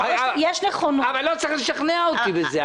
לא צריך לשכנע אותי בזה.